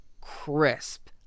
crisp